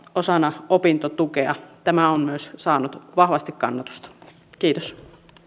osana opintotukea tämä on myös saanut vahvasti kannatusta kiitos